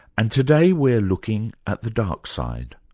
and today we're looking at the dark side,